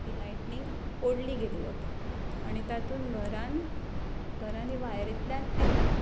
ही lightning ओडली गेली वता आनी तातूंत घरांत घरांनी वायरींतल्यान येता